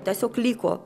tiesiog liko